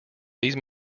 these